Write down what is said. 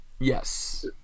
Yes